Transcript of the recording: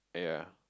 ah ya